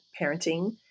parenting